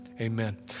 Amen